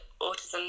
autism